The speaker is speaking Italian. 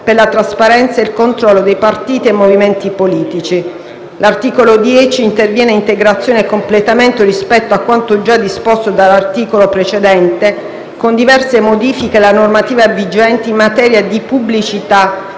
per la trasparenza e il controllo dei partiti e movimenti politici. L'articolo 10 interviene, a integrazione e completamento rispetto a quanto già disposto dall'articolo precedente, con diverse modifiche alla normativa vigente in materia di pubblicità